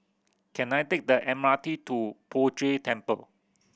can I take the M R T to Poh Jay Temple